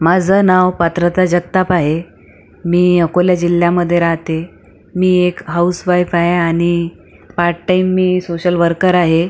माझं नाव पात्रता जगताप आहे मी अकोला जिल्ह्यामध्ये राहते मी एक हाउस वाईफ आहे आणि पार्टटाईम मी सोशल वर्कर आहे